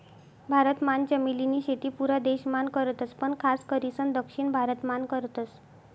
भारत मान चमेली नी शेती पुरा देश मान करतस पण खास करीसन दक्षिण भारत मान करतस